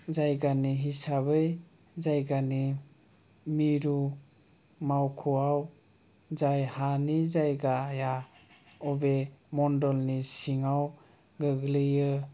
जायगानि हिसाबै जायगानि मिरु मावख'आव जाय हानि जायगाया बबे मन्दलनि सिङाव गोग्लैयो